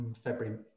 february